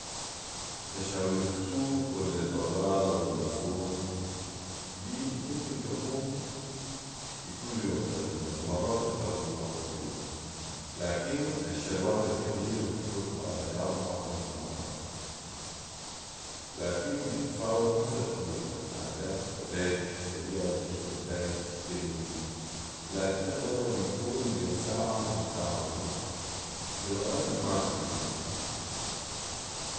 مشاوير السوق ولا البقاله ولا الفرن دي ممكن تكون في كل يوم تقريبا ومرات اكتر من مره في اليوم ،لكن الشروات الكبيره بتكون حوالي اربعه خمس مرات ، لكن بتتفاوت حسب كمية الحاجات الداير تشتريها والحته الداير تشتري منها ، لكن اغلبها بيكون بين ساعه لي ساعه ونص وفي الغالب ما اكتر من كده